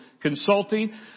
consulting